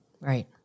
Right